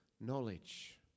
knowledge